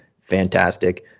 fantastic